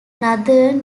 northern